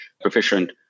proficient